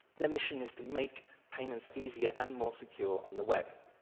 their mission is to make payments easier and more secure on the web.